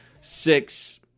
six